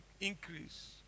increase